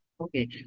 Okay